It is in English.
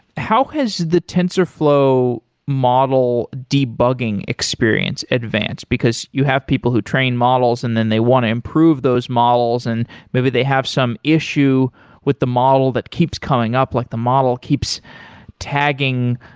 how has the tensorflow model debugging experience advance? because you have people who train models and then they want to improve those models and maybe they have some issue with the model that keeps coming up, like the model keeps tagging.